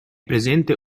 presente